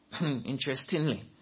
Interestingly